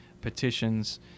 petitions